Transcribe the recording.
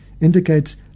indicates